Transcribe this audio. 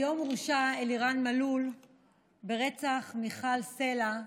היום הורשע אלירן מלול ברצח מיכל סלה,